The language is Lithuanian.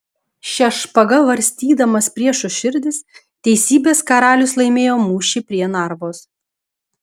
šia špaga varstydamas priešų širdis teisybės karalius laimėjo mūšį prie narvos